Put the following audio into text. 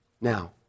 Now